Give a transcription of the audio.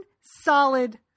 solid